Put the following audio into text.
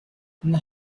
now